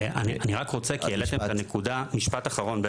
משפט אחרון.